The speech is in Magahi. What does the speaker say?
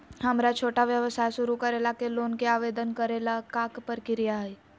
हमरा छोटा व्यवसाय शुरू करे ला के लोन के आवेदन करे ल का प्रक्रिया हई?